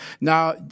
Now